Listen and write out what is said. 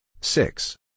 six